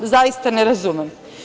Zaista ne razumem.